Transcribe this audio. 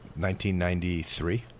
1993